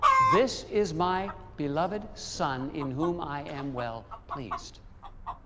this is my beloved son, in whom i am well pleased.